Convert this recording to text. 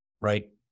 right